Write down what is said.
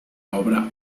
obra